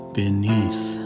beneath